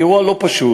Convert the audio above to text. זה אירוע לא פשוט,